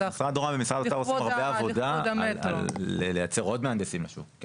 משרד רוה"מ ומשרד האוצר עושים הרבה עבודה לייצר עוד מהנדסים לשוק,